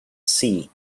see